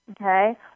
okay